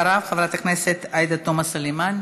אחריו, חברת הכנסת עאידה תומא סלימאן.